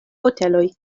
hoteloj